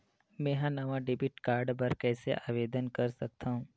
मेंहा नवा debit card बर कैसे आवेदन कर सकथव?